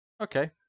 Okay